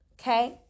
Okay